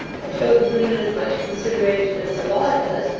i showed the women as much consideration as the law does,